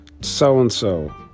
so-and-so